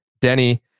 Denny